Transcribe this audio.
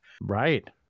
Right